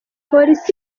polisi